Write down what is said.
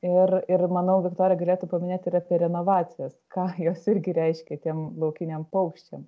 ir ir manau viktorija galėtų paminėt ir apie renovacijos ką jos irgi reiškia tiem laukiniam paukščiam